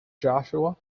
joshua